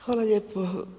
Hvala lijepo.